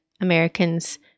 Americans